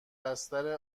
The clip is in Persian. بستر